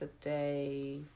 today